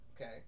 Okay